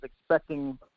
expecting